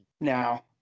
now